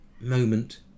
moment